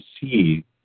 see